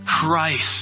Christ